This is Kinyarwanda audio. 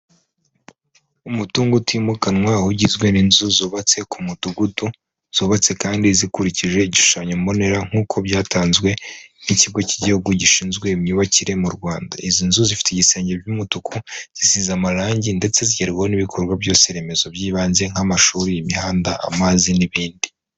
Umutungo utimukanwa ugizwe n'inzu zubatse ku mudugudu, zubatse kandi zikurikije igishushanyo mbonera nk'uko byatanzwe n'ikigo cy'igihugu gishinzwe imyubakire mu Rwanda, izi nzu zifite igisenge by'umutuku, zisize amarangi ndetse zigerwaho n'ibikorwa byose remezo by'ibanze nk'amashuri, imihanda, amazi n'ibindi.